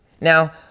Now